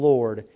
Lord